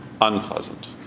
unpleasant